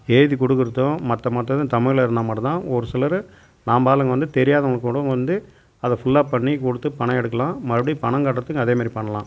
எழுதி கொடுக்குறதும் மற்ற மற்றதும் தமிழ்ல இருந்தால் மட்டும்தான் ஒருசிலர் நாம்மாளுங்க வந்து தெரியாதவங்க கூட வந்து அதை ஃபுல்லாக பண்ணி கொடுத்து பணம் எடுக்கலாம் மறுபடி பணம் கட்டுறதுக்கும் அதேமாரி பண்ணலாம்